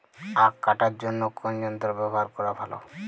আঁখ কাটার জন্য কোন যন্ত্র ব্যাবহার করা ভালো?